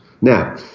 Now